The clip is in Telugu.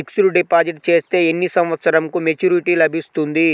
ఫిక్స్డ్ డిపాజిట్ చేస్తే ఎన్ని సంవత్సరంకు మెచూరిటీ లభిస్తుంది?